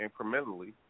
incrementally